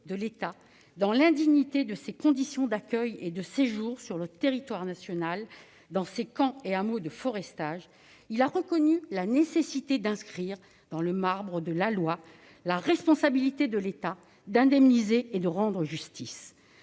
de l'État que fut l'indignité de ces conditions d'accueil et de séjour sur le territoire national, dans ces camps et hameaux de forestage, il a reconnu la nécessité d'inscrire dans le marbre de la loi la responsabilité de l'État d'indemniser et de rendre justice.